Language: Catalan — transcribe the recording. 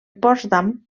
potsdam